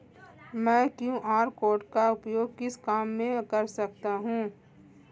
मैं QR code का उपयोग किस काम में कर सकता हूं?